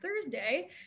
Thursday